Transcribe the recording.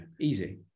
easy